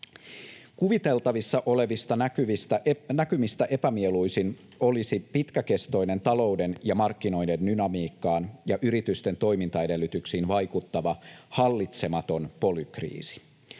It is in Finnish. Kuviteltavissa olevista näkymistä epämieluisin olisi pitkäkestoinen talouden ja markkinoiden dynamiikkaan ja yritysten toimintaedellytyksiin vaikuttava hallitsematon polykriisi.